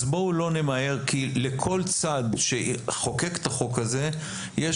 בואו לא נמהר כי לכל צד שחוקק את החוק הזה יש